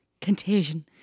Contagion